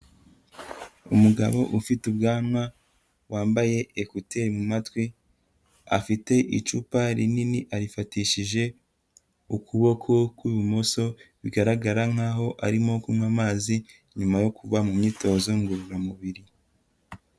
Umugabo ufite ubwanwa, wambaye ekuteri mu matwi, afite icupa rinini, arifatishije ukuboko kw'ibumoso, bigaragara nkaho arimo kunywa amazi, nyuma yo kuva mu myitozo ngororamubiri.